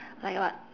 like what